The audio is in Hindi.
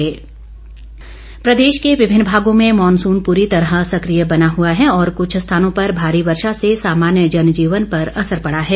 मौसम प्रदेश के विभिन्न भागों में मॉनसून पूरी तरह सकिय बना हुआ है और कुछ स्थानों पर भारी वर्षा से सामान्य जनजीवन पर असर पड़ा है